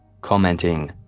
commenting